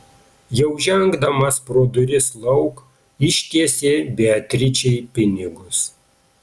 jau žengdamas pro duris lauk ištiesė beatričei pinigus